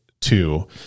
two